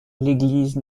l’église